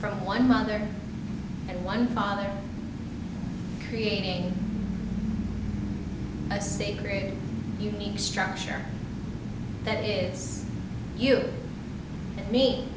from one mother and one father creating a sacred unique structure that is you and me